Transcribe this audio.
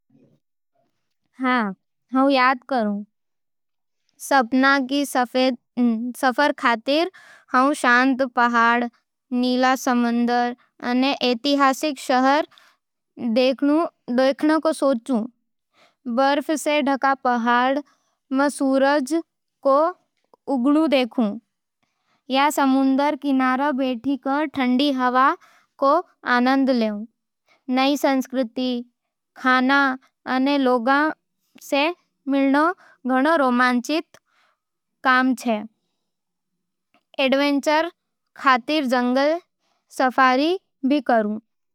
हाँ, मंय याद करूं! सपनां रो सफर खातर मंय शांत पहाड़, नीला समुंदर अने ऐतिहासिक शहर देखण रो सोचूं। बर्फ सै ढके पहाड़ां में सूरज को उगणो देखूं, या समुंदर किनारे बैसके ठंडी हवा को आनंद लूं। नई संस्कृति, खाना अने लोगां सै मिलणो घणो रोमांचक छे। एडवेंचर खातर जंगल सफारी या स्कूबा डाइविंग भी मजेदार छे।